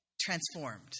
transformed